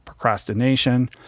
procrastination